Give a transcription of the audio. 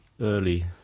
early